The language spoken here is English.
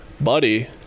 buddy